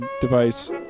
device